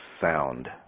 sound